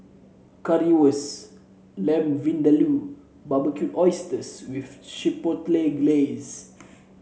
Lamb Vindaloo and Barbecued Oysters with Chipotle Glaze